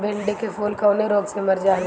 भिन्डी के फूल कौने रोग से मर जाला?